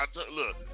look